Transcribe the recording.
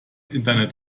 internet